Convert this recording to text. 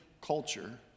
culture